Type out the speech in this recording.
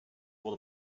will